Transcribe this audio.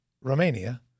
Romania